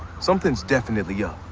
something's definitely yeah